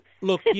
Look